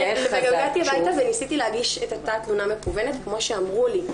הגעתי הביתה וניסיתי להגיש את אותה התלונה מקוונת כמו שאמרו לי,